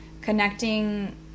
connecting